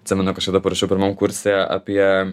atsimenu kažkada parašiau pirmam kurse apie